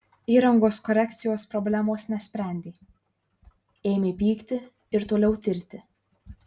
įrangos korekcijos problemos nesprendė ėmė pykti ir toliau tirti